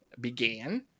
began